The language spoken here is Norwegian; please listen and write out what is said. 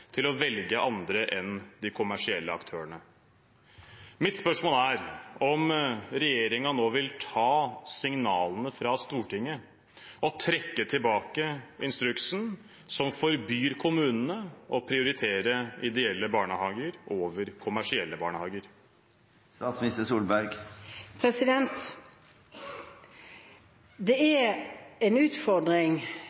til å velge andre enn de kommersielle aktørene. Mitt spørsmål er: Vil regjeringen nå ta signalene fra Stortinget og trekke tilbake instruksen som forbyr kommunene å prioritere ideelle barnehager over kommersielle barnehager? Det er en utfordring at det